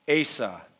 Asa